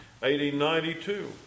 1892